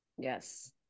Yes